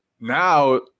Now